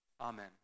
Amen